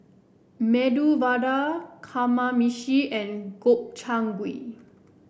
Medu Vada Kamameshi and Gobchang Gui